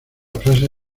frase